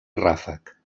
ràfec